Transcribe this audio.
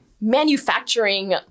manufacturing